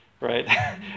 right